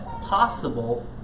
possible